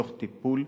תוך טיפול,